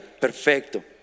Perfecto